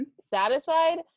Satisfied